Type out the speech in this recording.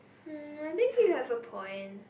hmm I think you have a point